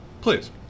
please